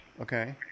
okay